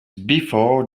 before